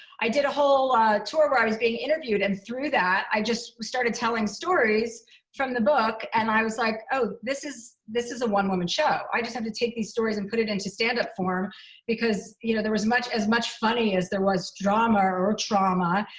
i did a whole tour where i was being interviewed. and through that, i just started telling stories from the book. and i was like, oh, this is this is a one-woman show. i just have to take these stories and put it into stand-up form because, you know, they was as much funny as there was drama or trauma.